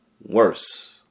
worse